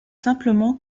simplement